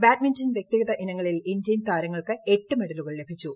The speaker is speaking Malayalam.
ബാഡ്മിന്റൺ വൃക്തിഗത ഇനങ്ങളിൽ ഇന്ത്യൻ താരങ്ങൾക്ക് എട്ട് മെഡലുകൾ ലഭിച്ചു